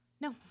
No